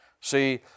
See